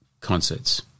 concerts